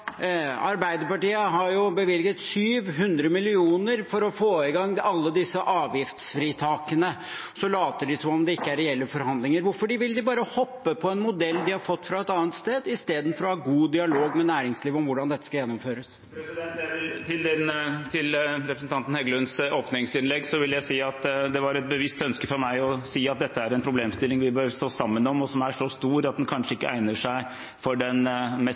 Arbeiderpartiet har bevilget 700 mill. kr for å få i gang alle disse avgiftsfritakene, og så later de som om det ikke er reelle forhandlinger. Hvorfor vil de bare hoppe på en modell de har fått fra et annet sted, istedenfor å ha en god dialog med næringslivet om hvordan dette skal gjennomføres? Til representanten Heggelunds åpningsinnlegg vil jeg si at det var et bevisst ønske fra meg å si at dette er en problemstilling vi bør stå sammen om, og som er så stor at den kanskje ikke egner seg for den mest